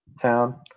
town